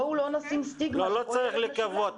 בואו לא נשים סטיגמה -- לא צריך לקוות.